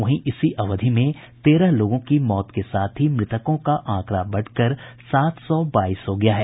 वहीं इसी अवधि में तेरह लोगों की मौत के साथ ही मृतकों का आंकड़ा बढ़कर सात सौ बाईस हो गया है